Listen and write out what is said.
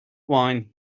wine